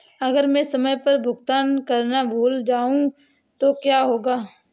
अगर मैं समय पर भुगतान करना भूल जाऊं तो क्या होगा?